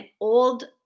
old